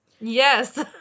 Yes